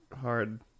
hard